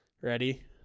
Ready